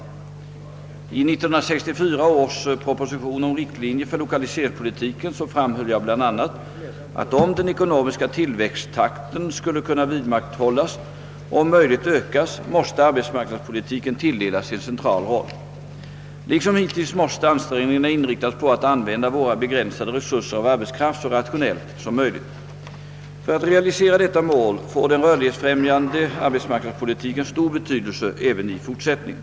I 1964 års proposition om riktlinjer för lokaliseringspolitiken framhöll jag bl.a. att om den ekonomiska tillväxttakten skall kunna vidmakthållas och om möjligt ökas, måste arbetsmarknadspolitiken = tilldelas en central roll. Liksom hittills måste ansträngningarna inriktas på att använda våra begränsade resurser av arbetskraft så rationellt som möjligt. För att realisera detta mål får den rörlighetsfrämjande arbetsmarknadspolitiken stor betydelse även i fortsättningen.